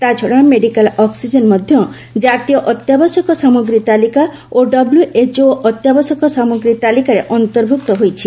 ତା'ଛଡ଼ା medical oxygen ମଧ୍ୟ ଜାତୀୟ ଅତ୍ୟାବଶ୍ୟକ ସାମଗ୍ରୀ ତାଲିକା ଓ ଡବ୍ଲ୍ଏଚ୍ଓ ଅତ୍ୟାବଶ୍ୟକ ସାମଗ୍ରୀ ତାଲିକାରେ ଅନ୍ତର୍ଭୁକ୍ତ ହୋଇଛି